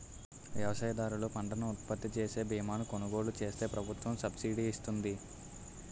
వ్యవసాయదారులు పంటను ఉత్పత్తిచేసే బీమాను కొలుగోలు చేస్తే ప్రభుత్వం సబ్సిడీ ఇస్తుంది